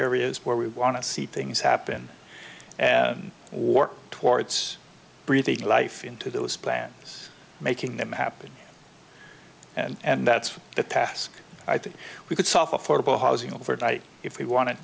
areas where we want to see things happen and or towards breathing life into those plans making them happen and that's the task i think we could suffer the housing overnight if we wanted